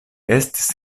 estis